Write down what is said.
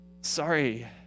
sorry